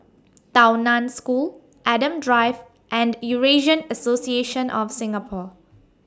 Tao NAN School Adam Drive and Eurasian Association of Singapore